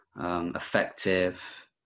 effective